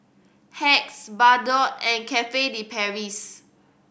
Hacks Bardot and Cafe De Paris